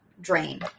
drain